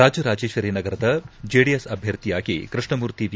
ರಾಜರಾಜೇಶ್ವರಿನಗರದ JDS ಅಭ್ಯರ್ಥಿಯಾಗಿ Krishnamurthy V